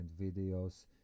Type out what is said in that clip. videos